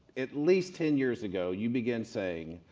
at least ten years ago you began saying,